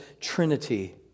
Trinity